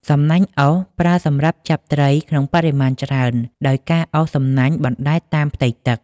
សំណាញ់អូស ប្រើសម្រាប់ចាប់ត្រីក្នុងបរិមាណច្រើន ដោយការអូសសំណាញ់បណ្ដែតតាមផ្ទៃទឹក។